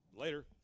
Later